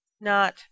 Not—